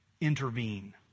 intervene